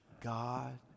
God